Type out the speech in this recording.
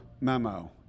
memo